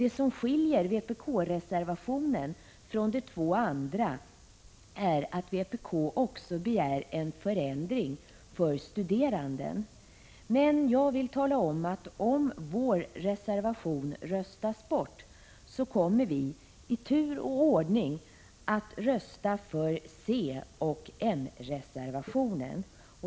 Det som skiljer vpk-reservationen från de två andra är att vpk också begär en förändring för studerande. Men jag vill tala om att om vår reservation röstas bort, kommer vi att i tur och ordning rösta för centeroch moderatreservationen.